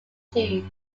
tube